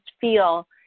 feel